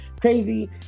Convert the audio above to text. crazy